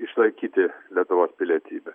išlaikyti lietuvos pilietybę